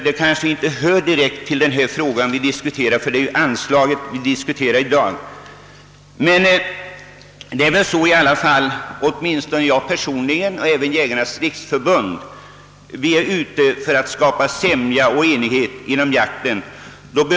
De kanske inte direkt hör hemma i den här debatten — det är ju anslaget vi diskuterar i dag. Åtminstone jag personligen och även Jägarnas riksförbund är ute för att skapa sämja och enighet inom jakten.